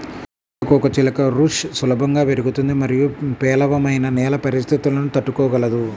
సీతాకోకచిలుక బుష్ సులభంగా పెరుగుతుంది మరియు పేలవమైన నేల పరిస్థితులను తట్టుకోగలదు